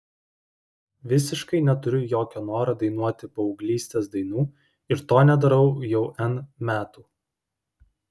visiškai neturiu jokio noro dainuoti paauglystės dainų ir to nedarau jau n metų